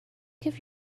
give